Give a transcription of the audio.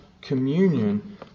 communion